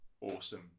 awesome